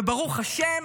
וברוך השם,